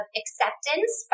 acceptance